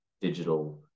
digital